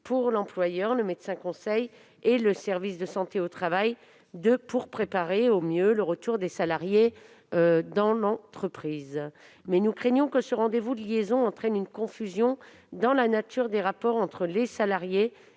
pour l'employeur, le médecin-conseil et le service de santé au travail destiné à préparer au mieux le retour du salarié dans l'entreprise. Pour notre part, nous craignons que ce rendez-vous de liaison ne soit une source de confusion sur la nature des rapports entre les salariés